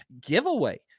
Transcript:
giveaway